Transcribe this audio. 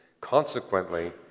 Consequently